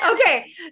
Okay